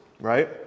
right